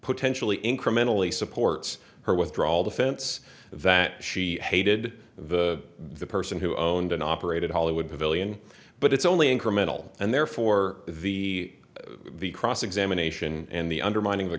potentially incrementally supports her withdraw all the fence that she hated the person who owned and operated a hollywood pavilion but it's only incremental and therefore the the cross examination and the undermining the